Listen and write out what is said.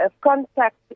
contact